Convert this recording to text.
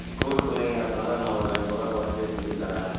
school பிள்ளைங்கங்கறத்தனால நான் ஒரு ஐம்பது ரூபா குறச்சி செஞ்சித் தர்றேன்